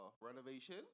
renovation